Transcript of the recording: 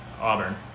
Auburn